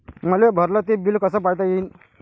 मले भरल ते बिल कस पायता येईन?